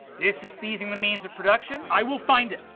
this is seizing the means of production? i will find it.